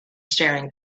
staring